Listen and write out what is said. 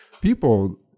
people